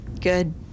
good